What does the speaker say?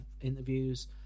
interviews